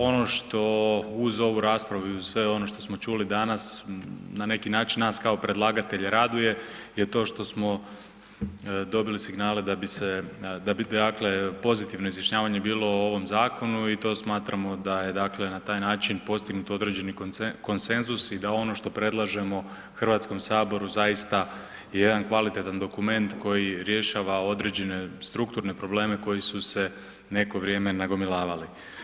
Ono što uz ovu raspravu i uz sve ono što smo čuli danas, na neki način nas kao predlagatelja raduje, je to što smo dobili signale da bi se, da bi dakle pozitivno izjašnjavanje bilo o ovom zakonu i to smatramo da je dakle na taj način da je dakle na taj način postignut određeni konsenzus i da ono što predlažemo HS zaista je jedan kvalitetan dokument koji rješava određene strukturne probleme koji su se neko vrijeme nagomilavali.